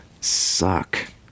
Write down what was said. suck